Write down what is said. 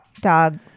dog